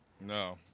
No